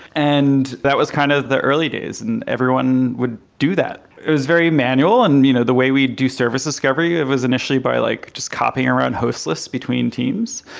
and that was kind of the early days, and everyone would do that. it was very manual and you know the way we do service discovery, it was initially by like just copying around host lists between teams,